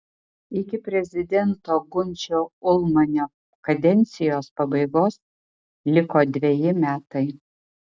iki prezidento gunčio ulmanio kadencijos pabaigos liko dveji metai